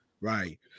Right